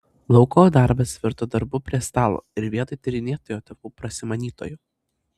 lauko darbas virto darbu prie stalo ir vietoj tyrinėtojo tapau prasimanytoju